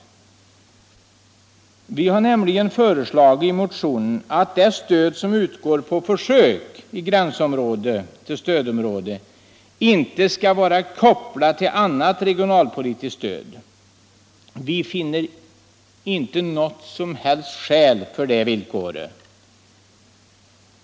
Vi har i motionen föreslagit att det stöd som utgår på försök i gränsområdena till det inre stödområdet inte skall vara kopplat till annat regionalpolitiskt stöd. Vi finner inte några som helst skäl för det villkoret.